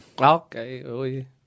Okay